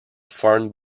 formed